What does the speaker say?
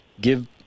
give